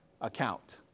account